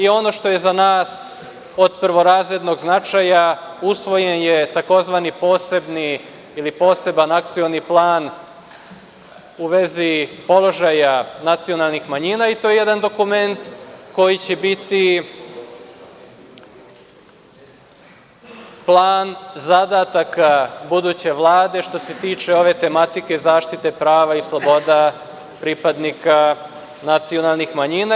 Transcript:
Ono što je za nas od prvorazrednog značaja, usvojen je tzv. ili posebni Akcioni plan u vezi položaja nacionalnih manjina i to je jedan dokument koji će biti plan zadataka buduće vlade, što se tiče ove tematike zaštite prava i sloboda pripadnika nacionalnih manjina.